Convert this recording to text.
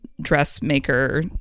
dressmaker